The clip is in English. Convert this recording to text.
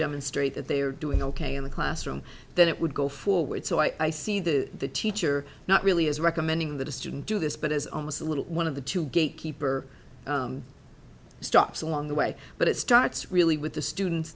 demonstrate that they are doing ok in the classroom that it would go forward so i see the teacher not really as recommending that a student do this but as almost a little one of the two gatekeeper stops along the way but it starts really with the students